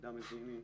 מידע מודיעיני,